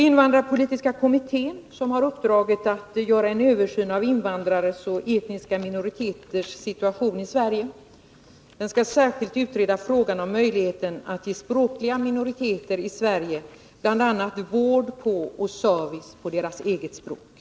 Invandrarpolitiska kommittén, som har uppdraget att göra en översyn av invandrares och etniska minoriteters situation i Sverige, skall särskilt utreda frågan om möjligheten att ge språkliga minoriteter i Sverige bl.a. vård och service på deras eget språk.